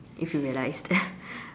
if you realized